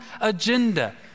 agenda